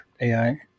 AI